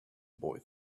boy